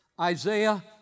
Isaiah